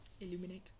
Illuminate